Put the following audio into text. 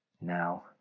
now